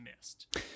missed